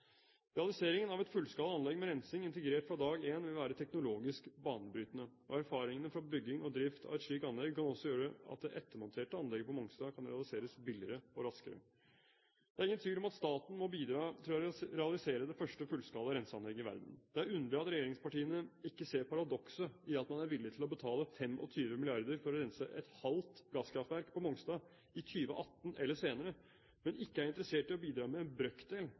Realiseringen av et fullskala anlegg med rensing integrert fra dag én vil være teknologisk banebrytende, og erfaringene fra bygging og drift av et slikt anlegg kan også gjøre at det ettermonterte anlegget på Mongstad kan realiseres billigere og raskere. Det er ingen tvil om at staten må bidra til å realisere det første fullskala renseanlegget i verden. Det er underlig at regjeringspartiene ikke ser paradokset i at man er villig til å betale 25 mrd. kr for å rense et halvt gasskraftverk på Mongstad i 2018 eller senere, men ikke er interessert i å bidra med en brøkdel